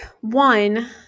one